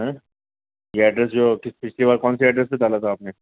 ہاں یہ ایڈریس جو کس پچھلی بار کون سے ایڈریس پہ ڈالا تھا آپ نے